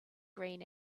green